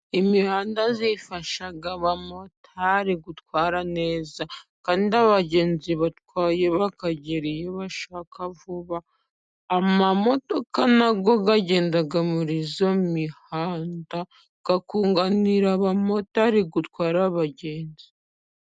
Imihanda ifasha abamotari gutwara neza, kandi abagenzi batwaye bakagera iyo bashaka vuba, amamodoka nayo agenda muri iyo mihanda, akunganira abamotari gutwara abagenzi.